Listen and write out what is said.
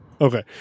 Okay